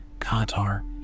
Qatar